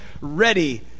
ready